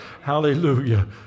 Hallelujah